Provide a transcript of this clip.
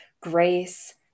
grace